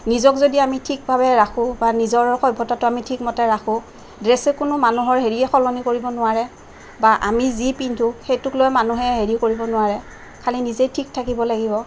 নিজক যদি আমি ঠিকভাৱে ৰাখোঁ বা নিজৰ সভ্যতাটো আমি ঠিকমতে ৰাখোঁ ড্ৰেছে কোনো মানুহৰ হেৰি সলনি কৰিব নোৱাৰে বা আমি যি পিন্ধো সেইটোক লৈ মানুহে হেৰি কৰিব নোৱাৰে খালী নিজেই ঠিক থাকিব লাগিব